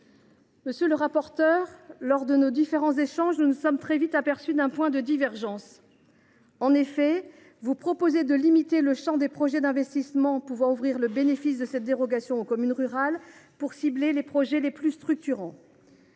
Monsieur le rapporteur, lors de nos différents échanges, nous nous sommes très vite aperçus d’un point de divergence. En effet, vous proposez de limiter le champ des projets d’investissement pouvant ouvrir le bénéfice de cette dérogation aux communes rurales, afin de cibler les projets les plus structurants.